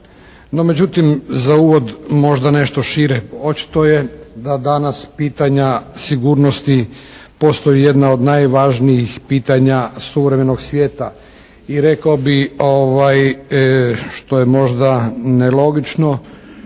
međutim za uvod možda nešto šire. Očito je da danas pitanja sigurnosti postaju jedna od najvažnijih pitanja suvremenog svijeta. I rekao bi što je možda nelogično,